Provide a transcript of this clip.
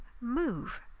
move